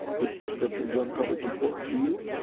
is prescription drug coverage important to you?